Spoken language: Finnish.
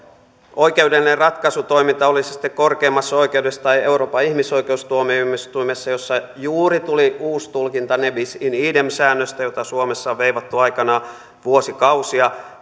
oikeudellinen ratkaisutoiminta oli se sitten korkeimmassa oikeudessa tai euroopan ihmisoikeustuomioistuimessa jossa juuri tuli uusi tulkinta ne bis in idem säännöstä jota suomessa on veivattu aikanaan vuosikausia